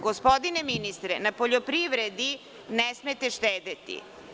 Gospodine ministre, na poljoprivredi ne smete štedeti.